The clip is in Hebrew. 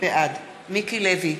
בעד מיקי לוי,